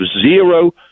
zero